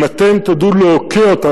ואם אתם תדעו להוקיע אותם,